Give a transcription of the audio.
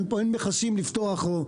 אין מכסים לפתוח.